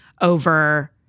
over